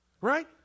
Right